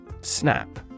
Snap